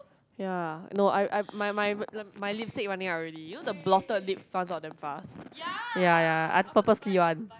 ya no I I my my my lipstick running out already you know the blotted lip runs out damn fast ya ya I purposely one